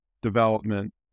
development